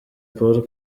paul